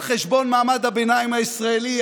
על חשבון מעמד הביניים הישראלי,